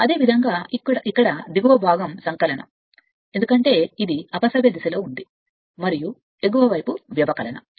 అదేవిధంగా ఇక్కడ దిగువ భాగం సంకలనం ఎందుకంటే ఇది అపసవ్య దిశ మరియు ఎగువ వైపు వ్యవకలనం